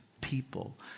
people